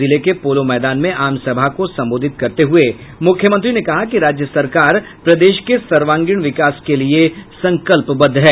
जिले के पोलो मैदान में आम सभा को संबोधित करते हुए मुख्यमंत्री ने कहा कि राज्य सरकार प्रदेश के सर्वांगीण विकास के लिये संकल्पबद्ध है